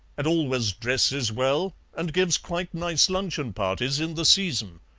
and always dresses well, and gives quite nice luncheon-parties in the season.